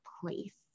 place